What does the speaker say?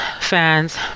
fans